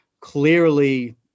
clearly